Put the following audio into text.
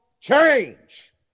change